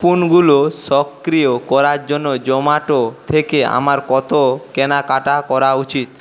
কুপনগুলো সক্রিয় করার জন্য জোম্যাটো থেকে আমার কত কেনাকাটা করা উচিত